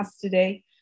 today